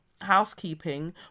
housekeeping